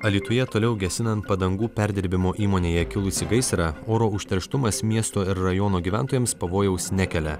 alytuje toliau gesinant padangų perdirbimo įmonėje kilusį gaisrą oro užterštumas miesto ir rajono gyventojams pavojaus nekelia